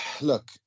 look